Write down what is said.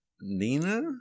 Nina